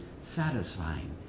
satisfying